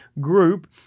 group